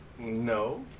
No